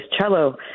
cello